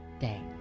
day